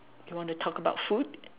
you want to talk about food